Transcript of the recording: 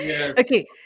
okay